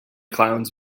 clowns